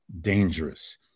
dangerous